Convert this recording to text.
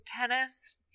tennis